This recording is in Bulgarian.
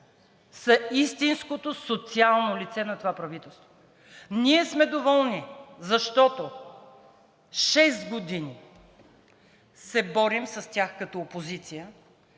са истинското социално лице на това правителство. Ние сме доволни, защото шест години се борим с тях като опозиция